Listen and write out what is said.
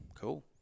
Cool